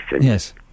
Yes